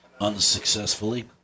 unsuccessfully